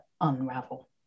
unravel